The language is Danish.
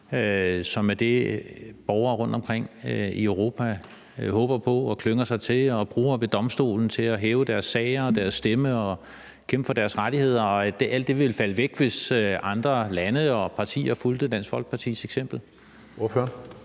som er det, som borgere rundtomkring i Europa håber på og klynger sig til, og som de bruger ved domstolen til at rejse deres sager og deres stemme og kæmpe for deres rettigheder, og at alt det ville falde væk, hvis andre lande og partier fulgte Dansk Folkepartis eksempel?